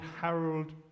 Harold